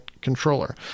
controller